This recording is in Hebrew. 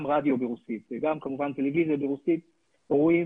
גם רדיו ברוסית וגם כמובן טלוויזיה ברוסית רואים